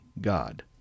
God